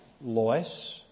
Lois